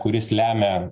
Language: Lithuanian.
kuris lemia